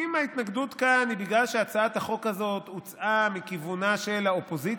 אם ההתנגדות כאן היא בגלל שהצעת החוק הזאת הוצעה מכיוונה של האופוזיציה,